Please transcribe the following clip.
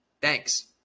Thanks